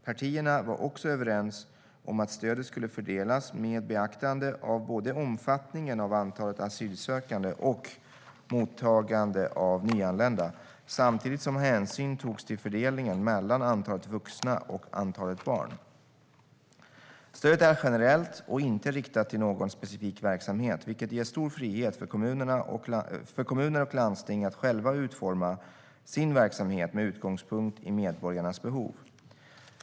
Partierna var också överens om att stödet skulle fördelas med beaktande av omfattningen av antalet asylsökande och mottagandet av nyanlända, samtidigt som hänsyn togs till fördelningen mellan antalet vuxna och antalet barn. Stödet är generellt och inte riktat till någon specifik verksamhet, vilket ger stor frihet för kommuner och landsting att själva utforma sin verksamhet med utgångspunkt i medborgarnas behov.